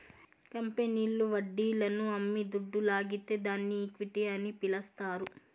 కంపెనీల్లు వడ్డీలను అమ్మి దుడ్డు లాగితే దాన్ని ఈక్విటీ అని పిలస్తారు